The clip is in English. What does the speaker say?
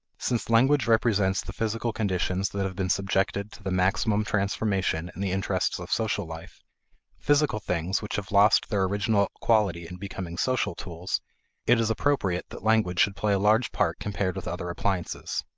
since language represents the physical conditions that have been subjected to the maximum transformation in the interests of social life physical things which have lost their original quality in becoming social tools it is appropriate that language should play a large part compared with other appliances.